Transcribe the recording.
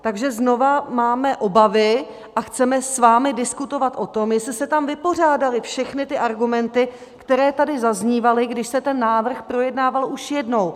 Takže znova máme obavy a chceme s vámi diskutovat o tom, jestli se tam vypořádaly všechny ty argumenty, které tady zaznívaly, když se ten návrh projednával už jednou.